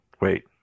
wait